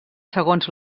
segons